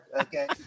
Okay